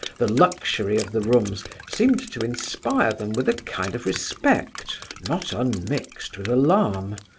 the luxury of the rooms seemed to inspire them with a kind of respect, not unmixed with alarm.